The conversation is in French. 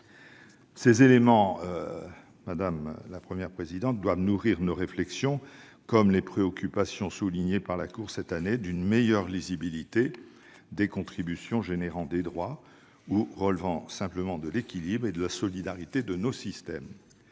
Ces éléments doivent nourrir nos réflexions, comme les préoccupations soulignées par la Cour cette année d'une meilleure lisibilité des contributions générant des droits ou relevant simplement de l'équilibre et de la solidarité de nos systèmes.